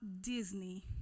Disney